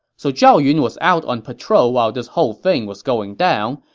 so zhao yun was out on patrol while this whole thing was going down.